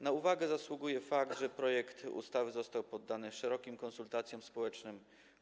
Na uwagę zasługuje fakt, że projekt ustawy został poddany szerokim konsultacjom społecznym.